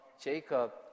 Jacob